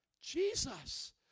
Jesus